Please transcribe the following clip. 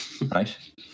right